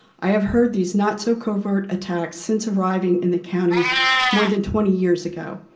i have heard these not so covert attacks since arriving in the county more than twenty years ago.